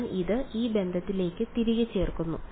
ഞാൻ അത് ഈ ബന്ധത്തിലേക്ക് തിരികെ ചേർക്കുന്നു